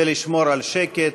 ולשמור על שקט.